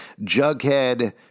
Jughead